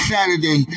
Saturday